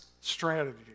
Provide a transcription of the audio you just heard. strategy